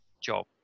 job